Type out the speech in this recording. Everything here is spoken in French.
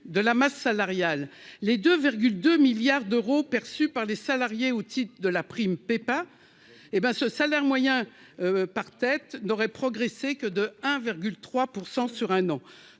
de la masse salariale, les 2 2 milliards d'euros perçus par les salariés au titre de la prime pas hé ben ce salaire moyen par tête n'aurait progressé que de 1,3 % sur un an,